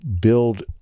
build